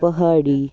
پہاڑی